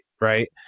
right